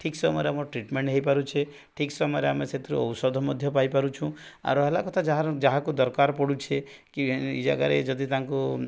ଠିକ୍ ସମୟରେ ଆମର ଟ୍ରିଟମେଣ୍ଟ୍ ହୋଇପାରୁଛି ଠିକ୍ ସମୟରେ ଆମେ ସେଥିରୁ ଔଷଧ ମଧ୍ୟ ପାଇପାରୁଛୁ ଆର ହେଲା କଥା ଯାହାର ଯାହାକୁ ଦରକାର ପଡ଼ୁଛି କି ଏଇ ଜାଗାରେ ଯଦି ତାଙ୍କୁ